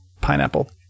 Pineapple